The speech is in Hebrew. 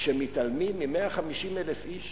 כשמתעלמים מ-150,000 איש